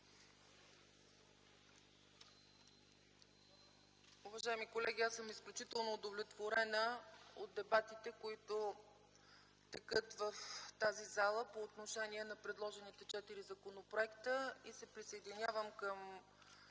Уважаеми колеги, аз съм изключително удовлетворена от дебатите, които текат в тази зала по отношение на предложените четири законопроекта и се присъединявам към